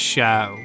Show